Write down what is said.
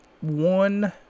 one